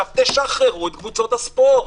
תשחררו את קבוצות הספורט,